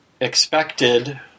expected